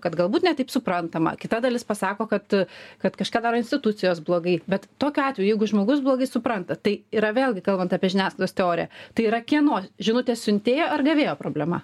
kad galbūt ne taip suprantama kita dalis pasako kad kad kažką daro institucijos blogai bet tokiu atveju jeigu žmogus blogai supranta tai yra vėlgi kalbant apie žiniasklaidos teoriją tai yra kieno žinutės siuntėjo ar gavėjo problema